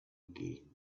again